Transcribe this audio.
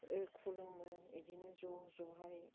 खुलुमो बिदिनो ज' जयै